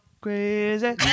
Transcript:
crazy